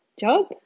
job